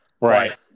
right